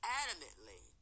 adamantly